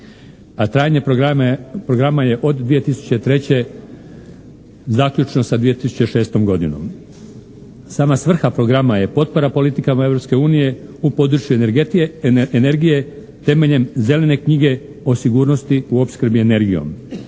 a trajanje programa je od 2003., zaključno sa 2006. godinom. Sama svrha programa je potpora politikama Europske unije u području energije temeljem zelene knjige o sigurnosti u opskrbi energijom.